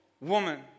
woman